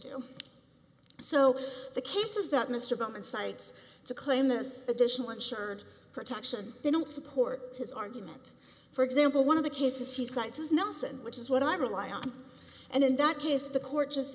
do so the cases that mr bowman cites to claim this additional insured protection they don't support his argument for example one of the cases he cites is nuts and which is what i rely on and in that case the court just